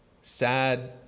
sad